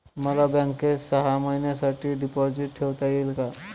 मला बँकेत सहा महिन्यांसाठी डिपॉझिट ठेवता येईल का?